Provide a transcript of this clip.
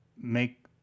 Make